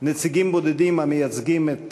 נציגים בודדים, המייצגים את